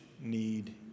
need